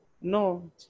No